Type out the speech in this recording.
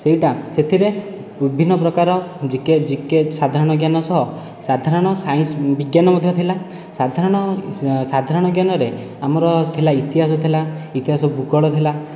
ସେହିଟା ସେଥିରେ ବିଭିନ୍ନ ପ୍ରକାର ଜିକେ ଜିକେ ସାଧାରଣ ଜ୍ଞାନ ସହ ସାଧାରଣ ସାଇନ୍ସ ବିଜ୍ଞାନ ମଧ୍ୟ ଥିଲା ସାଧାରଣ ସାଧାରଣ ଜ୍ଞାନରେ ଆମର ଥିଲା ଇତିହାସ ଥିଲା ଇତିହାସ ଭୂଗୋଳ ଥିଲା